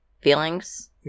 feelings